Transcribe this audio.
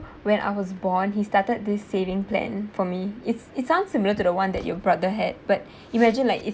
when I was born he started this saving plan for me it's it sounds similar to the one that your brother had but imagine like